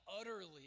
utterly